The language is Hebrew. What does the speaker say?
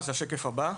תכף אני אתייחס.